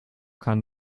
kann